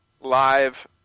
live